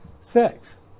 six